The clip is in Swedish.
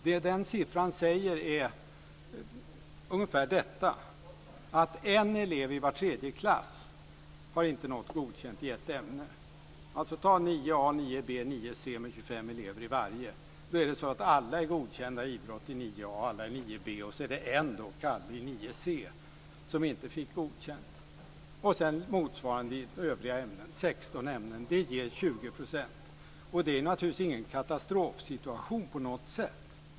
Det den siffran säger är ungefär detta: En elev i var tredje klass har inte nått godkänt i ett ämne. Om vi tar 9 a, 9 b och 9 c med 25 elever i varje är alla godkända i idrott i 9 a och 9 b, och så är det en elev i 9 c som inte fick godkänt, och motsvarande i övriga ämnen; 16 ämnen. Det ger 20 %. Det är naturligtvis ingen katastrofsituation på något sätt.